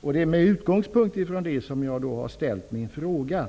Det är med utgångspunkt i detta som jag har ställt min fråga.